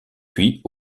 puis